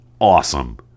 awesome